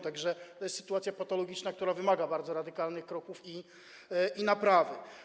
Tak że to jest sytuacja patologiczna, która wymaga bardzo radykalnych kroków i naprawy.